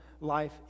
life